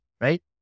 right